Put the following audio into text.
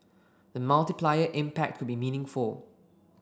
the multiplier impact could be meaningful